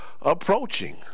approaching